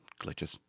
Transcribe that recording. Glitches